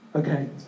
Okay